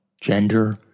gender